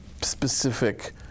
specific